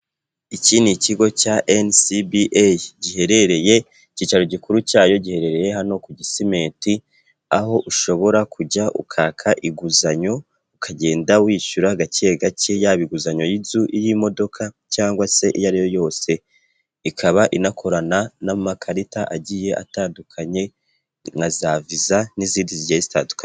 Iki ni ikigo cya NCBA. Giherereye, icyicaro gikuru cyayo giherereye hano ku Gisimenti, aho ushobora kujya ukaka inguzanyo, ukagenda wishyura gake gake yaba inguzanyo y'inzu, iy'imodoka cyangwa se iyo ariyo yose. Ikaba inakorana n'amakarita agiye atandukanye, nka za Visa n'izindi zigiye zitandukanye.